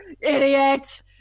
idiot